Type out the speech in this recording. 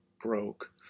broke